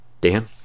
Dan